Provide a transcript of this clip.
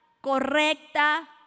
correcta